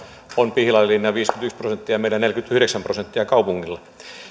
on pihlajalinnalla viisikymmentäyksi prosenttia ja meillä kaupungilla neljäkymmentäyhdeksän prosenttia